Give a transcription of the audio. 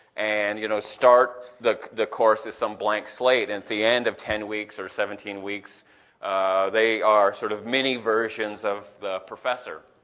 and you know start the the course as some blank slate, and at the end of ten weeks or seventeen weeks they are sort of mini versions of the professor.